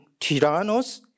tyrannos